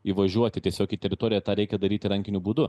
įvažiuoti tiesiog į teritoriją tą reikia daryti rankiniu būdu